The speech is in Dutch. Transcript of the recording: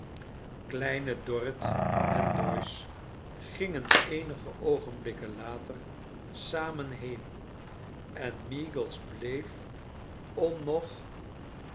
kleine dorrit en doyce gingen eenige oogenblikken later samen heen en meagles bleef om nog